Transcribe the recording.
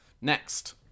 Next